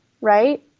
Right